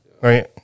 right